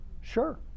Sure